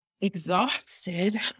exhausted